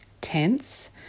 tense